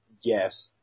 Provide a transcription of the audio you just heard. yes